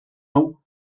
hau